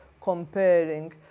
comparing